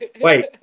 Wait